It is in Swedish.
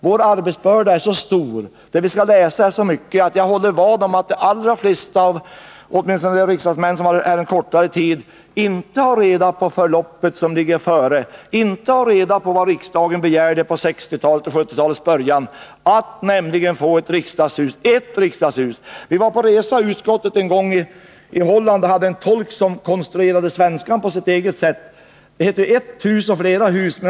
Vår arbetsbörda är så stor — vad vi skall läsa är så omfattande — att jag kunde slå vad om att de allra flesta av åtminstone de riksdagsmän som har varit här bara en kortare tid inte har reda på det tidigare förloppet och inte känner till vad riksdagen begärde på 1960-talet och i början av 1970-talet, nämligen att få ett riksdagshus. Utskottsledamöterna var vid ett tillfälle på resa i Holland, och vi hade då en tolk som konstruerade svenskan på sitt eget sätt. Det heter ju ett hus och flera hus.